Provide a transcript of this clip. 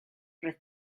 roedd